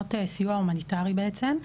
נותנות סיוע הומניטרי בעצם,